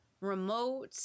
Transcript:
remote